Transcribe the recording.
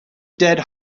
dead